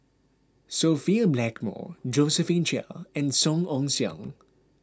Sophia Blackmore Josephine Chia and Song Ong Siang